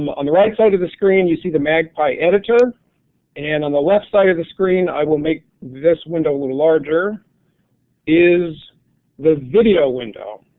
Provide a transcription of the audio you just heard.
um on right side of the screen you see the magpie editor and on the left side of the screen i will make this window a little larger is the video window.